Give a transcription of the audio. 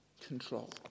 control